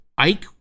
Ike